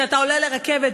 אתה עולה לרכבת,